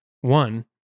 one